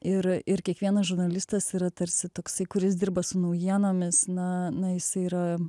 ir ir kiekvienas žurnalistas yra tarsi toksai kuris dirba su naujienomis na na jisai yra